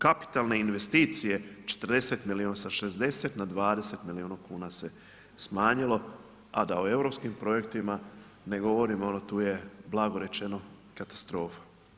Kapitalne investicije, 40 milijuna, sa 60 na 20 milijuna kuna se smanjilo, a da o EU projektima ne govorim, ono, tu je blago rečeno katastrofa.